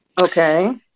okay